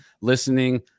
listening